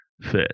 fit